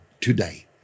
today